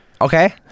Okay